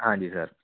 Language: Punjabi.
ਹਾਂਜੀ ਸਰ